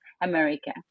America